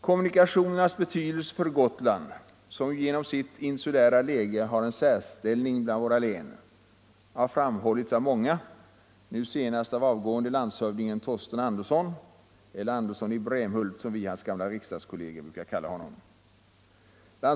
Kommunikationernas betydelse för Gotland, som ju genom sitt insulära läge har en särställning bland våra län, har framhållits av många, nu senast av Gotlands avgående landshövding Torsten Andersson — eller ”Andersson i Brämhult”, som vi hans gamla riksdagskolleger brukar kalla honom.